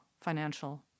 financial